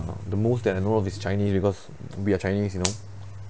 the most that I know of is chinese because we are chinese you know